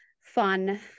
fun